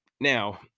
Now